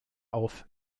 auf